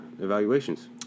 evaluations